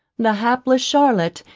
the hapless charlotte,